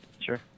Sure